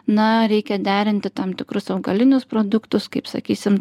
na reikia derinti tam tikrus augalinius produktus kaip sakysim